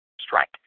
Strike